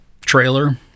trailer